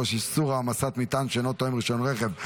3) (איסור העמסת מטען שאינו תואם רישיון הרכב),